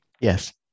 Yes